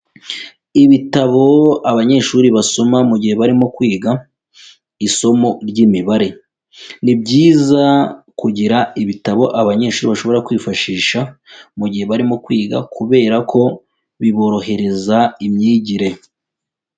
Ibitabo abanyeshuri basoma mu gihe barimo kwiga isomo ry'imibare, ni byiza kugira ibitabo abanyeshuri bashobora kwifashisha mu gihe barimo kwiga kubera ko biborohereza imyigire.